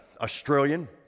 Australian